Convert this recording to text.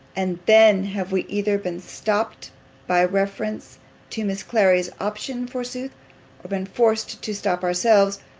and then have we either been stopped by references to miss clary's opinion, forsooth or been forced to stop ourselves,